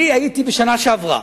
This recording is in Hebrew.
אני הייתי בשנה שעברה,